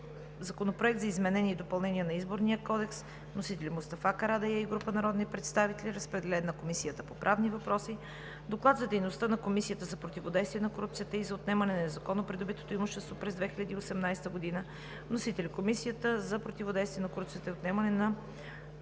Законопроект за изменение и допълнение на Изборния кодекс. Вносители: Мустафа Карадайъ и група народни представители. Водеща е Комисията по правни въпроси. Доклад за дейността на Комисията за противодействие на корупцията и за отнемане на незаконно придобитото имущество през 2018 г. Вносител: Комисията за противодействие на корупцията и за отнемане на